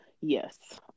Yes